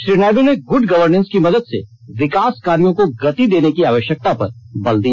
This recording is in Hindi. श्री नायडू ने गुड गर्वनेंस की मदद से विकास कार्यो को गति देने की आवश्यकता पर बल दिया